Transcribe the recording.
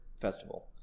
festival